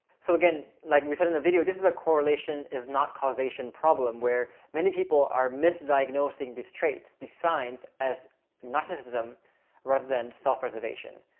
so again, like we said in the video, this is a correlation is not causation problem where many people are misdiagnosing these traits, designs as narcissism rather than self preservation.